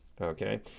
Okay